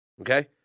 Okay